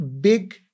big